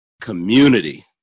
community